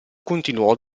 continuò